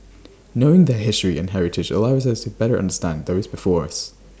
knowing their history and heritage allows us to better understand those before us